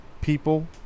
People